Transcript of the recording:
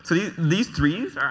so these these threes ah